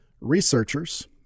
Researchers